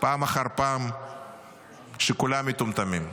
פעם אחר פעם שכולם מטומטמים,